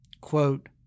Quote